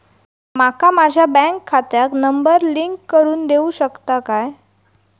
माका माझ्या बँक खात्याक नंबर लिंक करून देऊ शकता काय?